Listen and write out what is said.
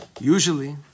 usually